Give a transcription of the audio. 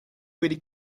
wedi